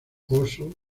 oso